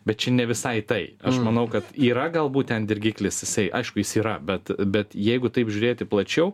bet čia ne visai tai aš manau kad yra galbūt ten dirgiklis jisai aišku jis yra bet bet jeigu taip žiūrėti plačiau